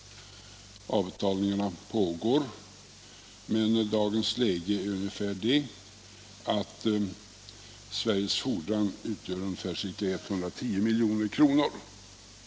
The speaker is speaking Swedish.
Avbetalningarna pågår, men dagens läge är att Sveriges fordran utgör ungefär 110 milj.kr.